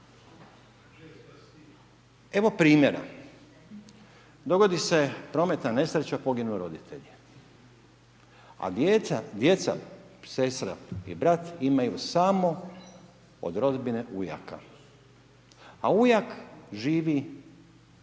Evo primjera, dogodi se prometna nesreća, poginu roditelji, a djeca, sestra i brat imaju samo od rodbine ujaka, a ujak živi u